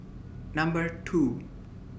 Number two